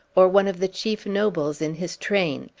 or one of the chief nobles in his train.